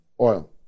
oil